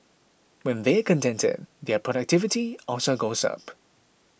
when they are contented their productivity also goes up